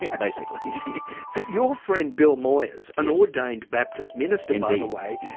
basically. but your friend, bill moyers, an ordained baptist minister by the way,